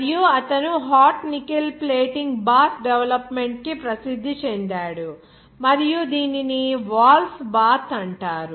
మరియు అతను hot nickel plating bath development కి ప్రసిద్ధి చెందాడు మరియు దీనిని "వాల్స్ బాత్ " అంటారు